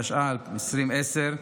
התש"ע 2010,